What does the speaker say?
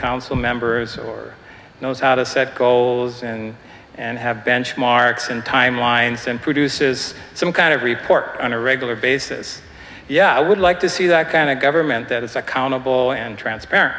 council members or knows how to set goals and and have benchmarks and timelines and produces some kind of report on a regular basis yeah i would like to see that kind of government that is accountable and transparent